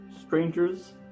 strangers